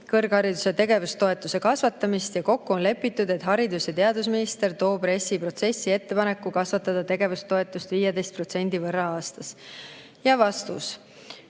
kõrghariduse tegevustoetuse kasvatamist ja kokku on lepitud, et haridus‑ ja teadusminister toob RES-i protsessi ettepaneku kasvatada tegevustoetust 15% võrra aastas. Selleks,